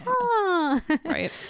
Right